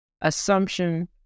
assumption